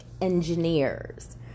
engineers